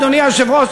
אדוני היושב-ראש,